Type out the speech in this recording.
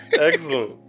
excellent